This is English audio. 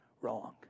wrong